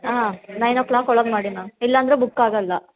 ಆಂ nine o'clock ಒಳಗೆ ಮಾಡಿ ma'am ಇಲ್ಲಾಂದರೆ ಬುಕ್ ಆಗೋಲ್ಲ